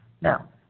Now